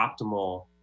optimal